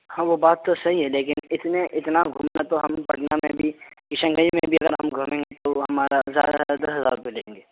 ہاں وہ بات تو صحیح ہے لیکن اتنے اتنا گھومنا تو ہم پٹنہ میں بھی کشن گنج میں بھی اگر ہم گھومیں گے تو ہمارا زیادہ سے زیادہ دس ہزار لیں گے